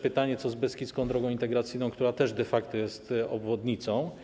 Pytanie, co z Beskidzką Drogą Integracyjną, która też de facto jest obwodnicą.